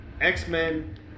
X-Men